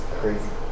crazy